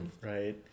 Right